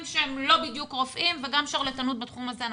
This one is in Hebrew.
שהם לא בדיוק רופאים ואנחנו רואים שרלטנות גם בתחום הזה.